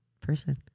person